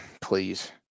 please